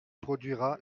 produira